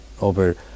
over